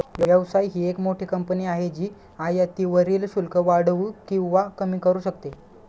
व्यवसाय ही एक मोठी कंपनी आहे जी आयातीवरील शुल्क वाढवू किंवा कमी करू शकते